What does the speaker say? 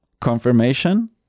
confirmation